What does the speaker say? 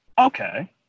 Okay